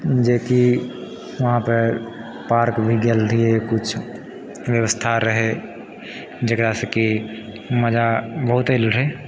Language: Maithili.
जे कि वहाँ पर पार्क भी गेल रहियै किछु व्यवस्था रहै जकरासँ की मजा बहुते ऐल रहै